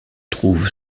trouve